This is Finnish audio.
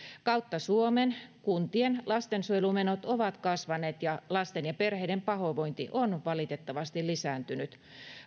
kautta suomen kuntien lastensuojelumenot ovat kasvaneet ja lasten ja perheiden pahoinvointi on valitettavasti lisääntynyt